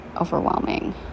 overwhelming